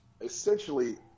essentially